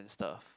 stuff